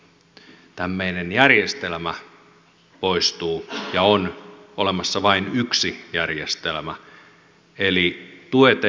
tämä meidän järjestelmämme poistuu ja on olemassa vain yksi järjestelmä eli tuet eivät poistu